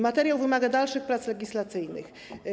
Materiał wymaga dalszych prac legislacyjnych.